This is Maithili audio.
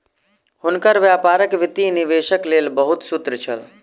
हुनकर व्यापारक वित्तीय निवेशक लेल बहुत सूत्र छल